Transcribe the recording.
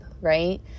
right